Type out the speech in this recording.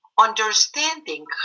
Understanding